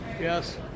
yes